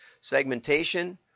Segmentation